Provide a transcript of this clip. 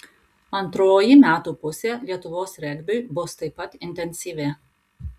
antroji metų pusė lietuvos regbiui bus taip pat intensyvi